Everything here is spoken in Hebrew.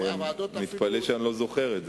אני מתפלא שאני לא זוכר את זה.